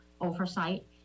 oversight